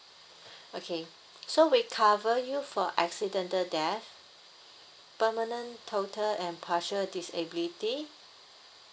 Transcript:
okay so we cover you for accidental death permanent total and partial disability